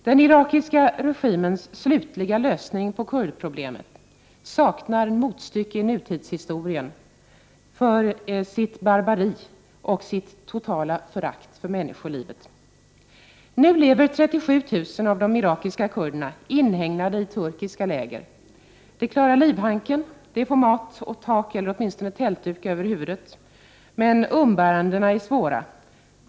Den irakiska regimens ”slutliga lösning” på kurdproblemet saknar motstycke i nutidshistorien för sitt barbari och sitt totala förakt för människolivet. Nu lever 37 000 av de irakiska kurderna inhägnade i turkiska läger. De klarar livhanken, får mat och tak eller åtminstone tältduk över huvudet, men umbärandena är svåra.